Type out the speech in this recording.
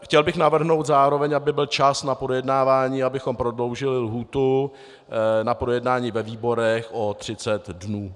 Chtěl bych navrhnout zároveň, aby byl čas na projednávání, abychom prodloužili lhůtu na projednání ve výborech o 30 dnů.